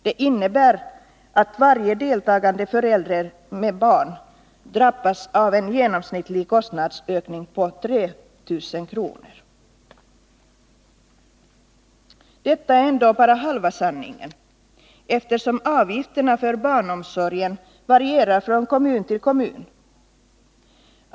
Det innebär att varje deltagande förälder med barn drabbas av en genomsnittlig kostnadsökning på 3 000 kr. Detta är ändå bara halva sanningen, eftersom avgifterna för barnomsorgen varierar från kommun till kommun.